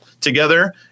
together